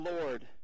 Lord